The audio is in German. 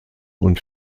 und